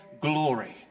glory